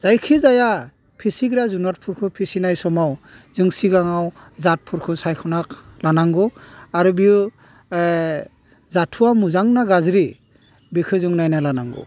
जायखि जाया फिसिग्रा जुनादफोरखौ फिसिनाय समाव जों सिगाङाव जादफोरखौ सायख'ना लानांगौ आरो बियो जाथुवा मोजां ना गाज्रि बेखौ जों नायना लानांगौ